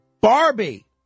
Barbie